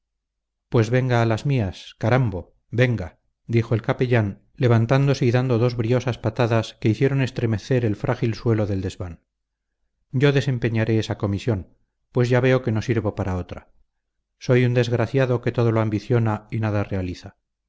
pues venga a las mías carambo venga dijo el capellán levantándose y dando dos briosas patadas que hicieron estremecer el frágil suelo del desván yo desempeñaré esa comisión pues ya veo que no sirvo para otra soy un desgraciado que todo lo ambiciona y nada realiza